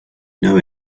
know